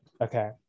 okay